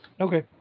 Okay